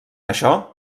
això